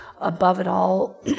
above-it-all